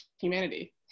humanity